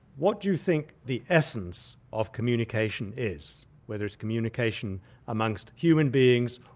what do you think the essence of communication is, whether it's communication amongst human beings,